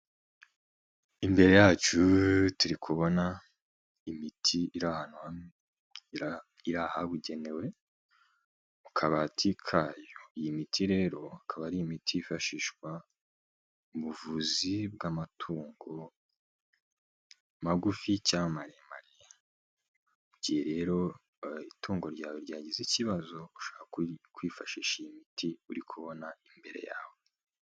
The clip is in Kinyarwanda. Imbere yacu turi kubona imiti iri ahantu habugenewe mu kabati kayo, iyi miti rero ikaba ari imiti yifashishwa mu buvuzi bw'amatungo magufi n'iyamaremare, mu gihe rero itungo ryawe ryagize ikibazo ushaka uri kwifashisha iyi miti uri kubona imbere yawe.